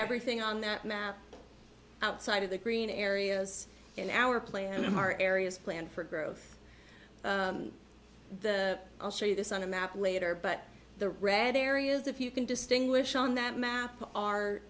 everything on that map outside of the green areas in our plan are areas planned for growth the i'll show you this on a map later but the red areas if you can distinguish on that map are